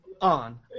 on